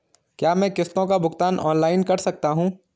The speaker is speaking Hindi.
क्या मैं किश्तों का भुगतान ऑनलाइन कर सकता हूँ?